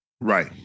right